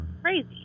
crazy